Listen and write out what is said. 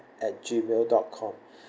at Gmail dot com